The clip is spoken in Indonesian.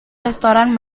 restoran